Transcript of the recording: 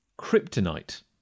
kryptonite